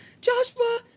Joshua